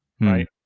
Right